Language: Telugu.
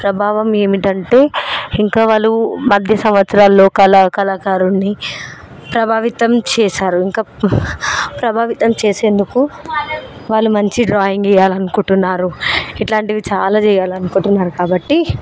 ప్రభావం ఏమిటంటే ఇంకా వాళ్ళు మధ్య సంవత్సరాలలో కళా కళాకారులని ప్రభావితం చేశారు ఇంకా ప్రభావితం చేసేందుకు వాళ్ళు మంచి డ్రాయింగ్ వెయ్యాలి అనుకుంటున్నారు ఇట్లాంటివి చాలా చెయ్యాలి అనుకుంటున్నారు కాబట్టి